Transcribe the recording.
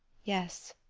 yes,